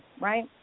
right